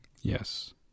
yes